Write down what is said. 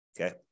okay